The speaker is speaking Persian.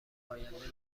آینده